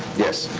yes.